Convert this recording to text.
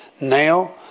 Now